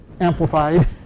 amplified